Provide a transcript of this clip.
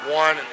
one